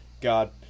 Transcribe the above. God